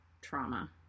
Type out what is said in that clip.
trauma